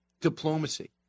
diplomacy